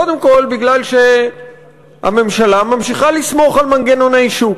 קודם כול מפני שהממשלה ממשיכה לסמוך על מנגנוני שוק,